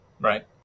Right